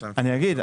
אני אגיד מה.